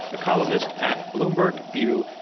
a columnist at bloomberg view.